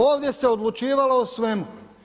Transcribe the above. Ovdje se odlučivalo o svemu.